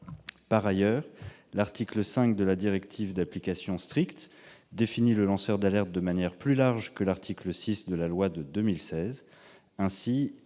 Par ailleurs, l'article 5 de la directive, d'application stricte, définit le lanceur d'alerte de manière plus large que l'article 6 de la loi de 2016.